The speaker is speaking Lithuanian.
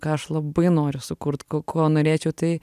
ką aš labai noriu sukurt ko ko norėčiau tai